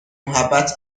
محبت